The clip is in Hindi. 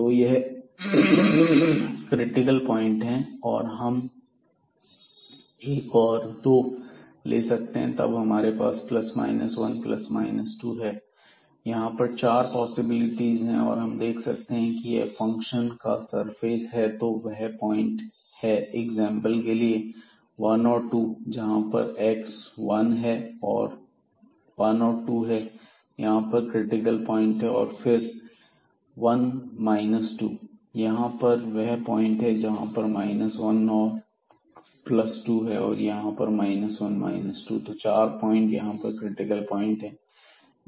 तो यह क्रिटिकल प्वाइंट हैं हम एक और दो ले सकते हैं तब हमारे पास ±1±2 है यहां पर चार पॉसिबिलिटीज हैं और हम देख सकते हैं कि यह फंक्शन का सरफेस है तो यह वह पॉइंट हैं एग्जांपल के लिए 1 और 2 जहां पर x 1 है और 2 है और यहां पर यह क्रिटिकल प्वाइंट हैं 1 और फिर 2 यहां पर वह पॉइंट है जहां पर 1 और 2 है और यहां पर 1 2 है तो 4 पॉइंट यहां पर क्रिटिकल प्वाइंट हैं